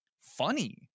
funny